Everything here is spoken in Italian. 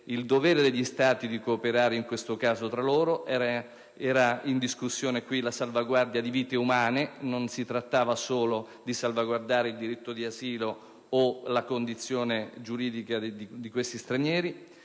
il dovere degli Stati di cooperare tra loro (era in questo caso in discussione la salvaguardia di vite umane, non si trattava solo di salvaguardare il diritto di asilo o la condizione giuridica degli stranieri).